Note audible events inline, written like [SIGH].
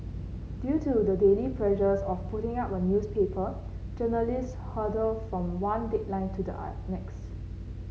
due to the daily pressures of putting out a newspaper journalists hurtle from one deadline to the [HESITATION] next